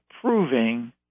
proving